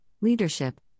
leadership